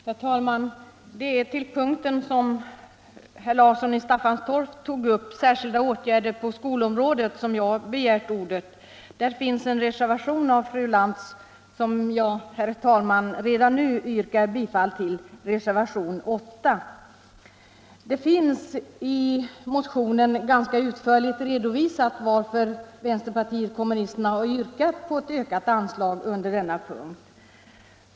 Herr talman! Jag har begärt ordet för att beröra den punkt som också herr Larsson i Staffanstorp tog upp, nämligen den som avser särskilda åtgärder på skolområdet. Där finns en reservation av fru Lantz, reservationen 8, som jag redan nu yrkar bifall till. Det har i motionen ganska utförligt redovisats varför vänsterpartiet kommunisterna har yrkat på ett ökat anslag under denna punkt.